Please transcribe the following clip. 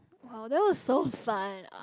oh that was so fun